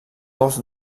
golf